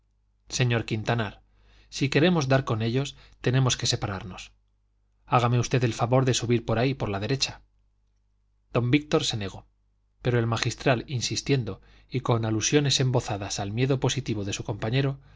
señor quintanar si queremos dar con ellos tenemos que separarnos hágame usted el favor de subir por ahí por la derecha don víctor se negó pero el magistral insistiendo y con alusiones embozadas al miedo positivo de su compañero